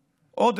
עוד,